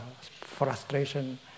frustration